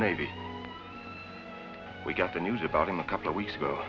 navy we got the news about him a couple of weeks ago